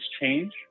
change